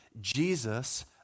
Jesus